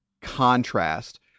contrast